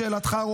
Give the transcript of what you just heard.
לשאלתך,